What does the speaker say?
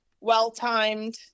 well-timed